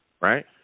right